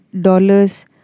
dollars